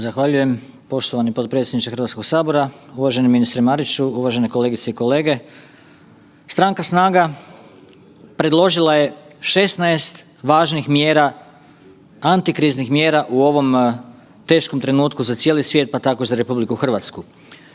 Zahvaljujem poštovani potpredsjedniče Hrvatskog sabora. Uvaženi ministre Mariću, uvažene kolegice i kolege, Stranka SNAGA predložila je 16 važnih mjera, antikriznih mjera u ovom teškom trenutku za cijeli svijet pa tako i za RH.